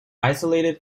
isolated